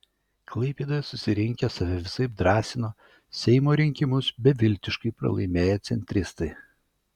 klaipėdoje susirinkę save visaip drąsino seimo rinkimus beviltiškai pralaimėję centristai